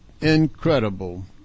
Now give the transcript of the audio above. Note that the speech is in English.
incredible